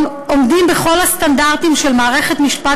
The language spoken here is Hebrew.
עומדת בכל הסטנדרטים של מערכת המשפט